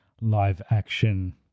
live-action